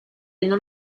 non